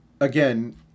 again